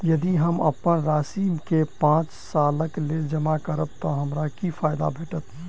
यदि हम अप्पन राशि केँ पांच सालक लेल जमा करब तऽ हमरा की फायदा भेटत?